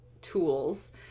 tools